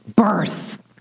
birth